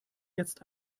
jetzt